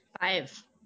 Five